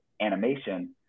animation